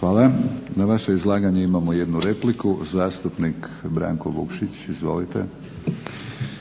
Hvala. Na vaše izlaganja imamo jednu repliku, zastupnik Branko Vukšić. Izvolite.